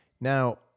Now